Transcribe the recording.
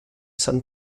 san